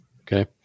okay